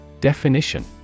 Definition